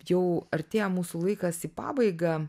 jau artėja mūsų laikas į pabaigą